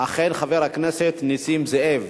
אכן, חבר הכנסת נסים זאב.